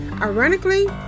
Ironically